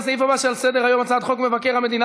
לסעיף הבא שעל סדר-היום: הצעת חוק מבקר המדינה